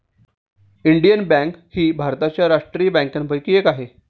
Indian Bank ही भारताच्या राष्ट्रीय बँकांपैकी एक आहे